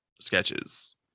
sketches